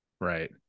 right